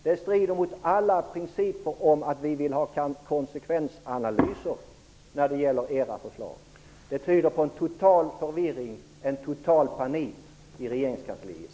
Det strider mot alla principer om att vi vill ha konsekvensanalyser när det gäller era förslag. Det tyder på en total förvirring och total panik i regeringskansliet.